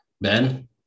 Ben